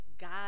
God